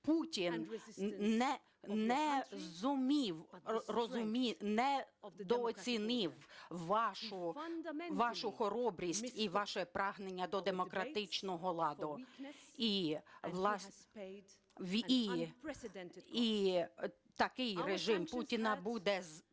зумів, недооцінив вашу хоробрість і ваше прагнення до демократичного ладу, і такий режим Путіна буде платити